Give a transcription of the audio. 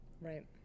right